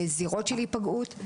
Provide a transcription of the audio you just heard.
זירות של היפגעות,